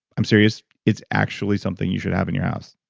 i'm serious. it's actually something you should have in your house